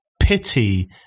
pity